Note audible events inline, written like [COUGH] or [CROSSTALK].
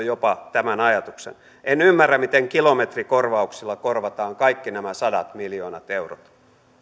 [UNINTELLIGIBLE] jopa ostanut tämän ajatuksen en ymmärrä miten kilometrikorvauksilla korvataan kaikki nämä sadat miljoonat eurot